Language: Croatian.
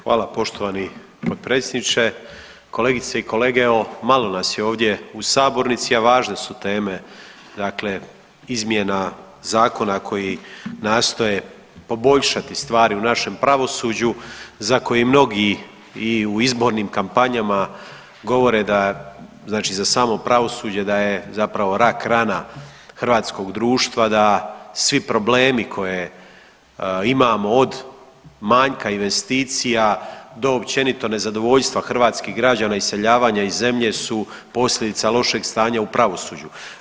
Hvala poštovani potpredsjedniče, kolegice i kolege, evo malo nas je ovdje u sabornici, a važne su teme dakle izmjena zakona koji nastoje poboljšati stvari u našem pravosuđu za koji mnogi i u izbornim kampanjama govore da znači za samo pravosuđe da je zapravo rak rana hrvatskog društva, da svi problemi koje imamo od manjka investicija do općenito nezadovoljstva hrvatskih građana i iseljavanja iz zemlje su posljedica lošeg stanja u pravosuđu.